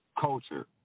culture